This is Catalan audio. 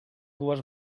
dues